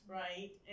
right